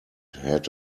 had